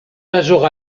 major